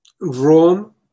Rome